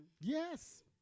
yes